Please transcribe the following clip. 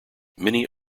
many